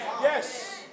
Yes